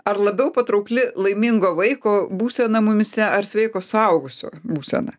ar labiau patraukli laimingo vaiko būsena mumyse ar sveiko suaugusio būsena